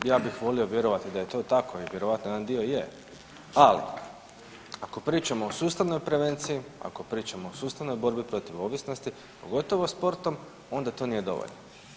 Ja bih volio vjerovati da je to tako i vjerojatno jedan dio je, ali ako pričamo o sustavnoj prevenciji, ako pričamo o sustavnoj borbi protiv ovisnosti pogotovo sportom onda to nije dovoljno.